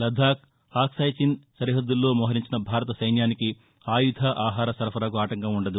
లద్దాఖ్ అక్సాయ్ చిన్ సరిహద్దుల్లో మోహరించిన భారత సైన్యానికి ఆయుధ ఆహార సరఫరాకు ఆటంకం ఉండదు